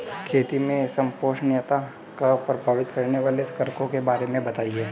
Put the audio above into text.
खेती में संपोषणीयता को प्रभावित करने वाले कारकों के बारे में बताइये